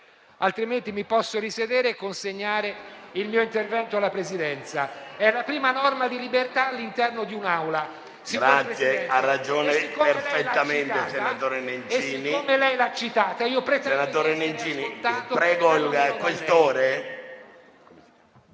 altrimenti mi posso sedere e consegnare il mio intervento alla Presidenza. È la prima norma di libertà all'interno di un'Assemblea.